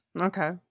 Okay